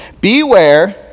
beware